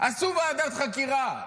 עשו ועדת חקירה,